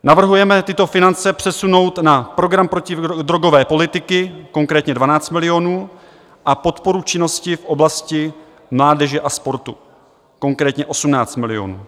Navrhujeme tyto finance přesunout na program protidrogové politiky, konkrétně 12 milionů, a podporu činnosti v oblasti mládeže a sportu, konkrétně 18 milionů.